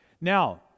Now